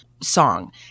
song